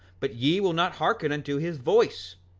but ye will not hearken unto his voice!